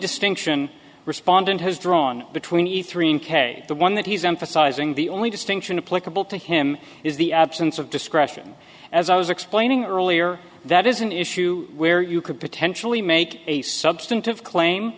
distinction respondent has drawn between eat three mm kay the one that he's emphasizing the only distinction of political to him is the absence of discretion as i was explaining earlier that is an issue where you could potentially make a substantive claim